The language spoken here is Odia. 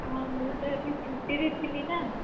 ହଁ ମୁଁ ତ ଏବେ ଛୁଟିରେ ଥିଲି ନାଁ